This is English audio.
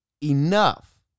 enough